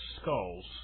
skulls